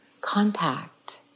contact